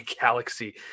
Galaxy